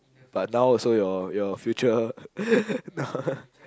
but now also your your future